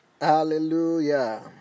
Hallelujah